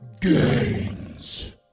Gains